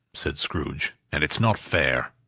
said scrooge, and it's not fair.